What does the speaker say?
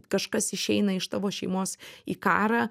kažkas išeina iš tavo šeimos į karą